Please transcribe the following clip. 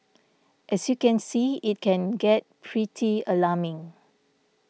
as you can see it can get pretty alarming